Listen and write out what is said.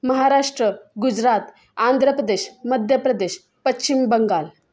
Maharashtra Gujarat Andhra Pradesh Madhya Pradesh Paschim Bengal